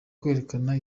kwerekana